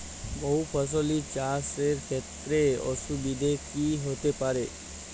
বহু ফসলী চাষ এর ক্ষেত্রে অসুবিধে কী কী হতে পারে?